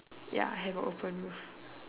ya have a open roof